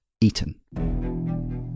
Eaten